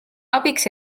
abiks